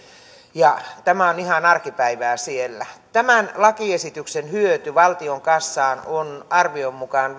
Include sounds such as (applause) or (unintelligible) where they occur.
ja tämä on ihan arkipäivää siellä tämän lakiesityksen hyöty valtion kassaan on arvion mukaan (unintelligible)